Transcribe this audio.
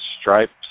Stripes